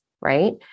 Right